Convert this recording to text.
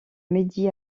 midi